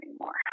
anymore